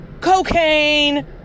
cocaine